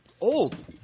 old